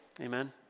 Amen